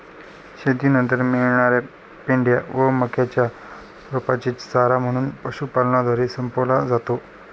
शेतीनंतर मिळणार्या पेंढ्या व मक्याच्या रोपांचे चारा म्हणून पशुपालनद्वारे संपवला जातो